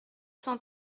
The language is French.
cent